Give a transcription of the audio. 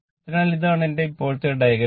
അതിനാൽ ഇതാണ് എന്റെ ഇപ്പോഴത്തെ ഡയഗ്രം